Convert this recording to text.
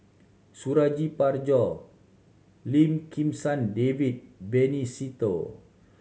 Suradi Parjo Lim Kim San David Benny Se Teo